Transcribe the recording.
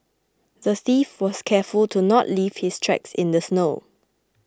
the thief was careful to not leave his tracks in the snow